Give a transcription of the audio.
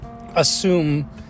assume